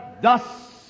thus